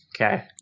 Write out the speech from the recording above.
Okay